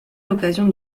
l’occasion